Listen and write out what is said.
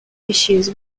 issues